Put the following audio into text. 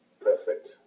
Perfect